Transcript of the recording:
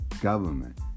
government